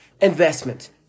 investment